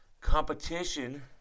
competition